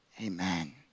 amen